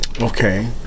Okay